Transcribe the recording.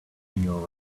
new